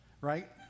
right